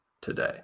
today